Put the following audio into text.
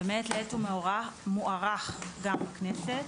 ומעת לעת הוא מוארך גם בכנסת.